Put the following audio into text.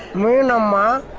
meena ma'am